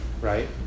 right